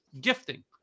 gifting